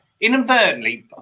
inadvertently